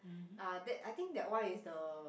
uh that I think that one is the